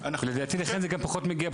לדעתי לחלק גם פחות מגיע,